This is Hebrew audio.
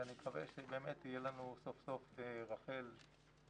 ואני מקווה שבאמת תהיה לנו סוף סוף רח"ל מתפקדת,